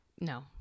No